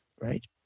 right